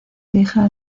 hija